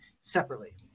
separately